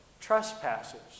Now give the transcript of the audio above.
trespasses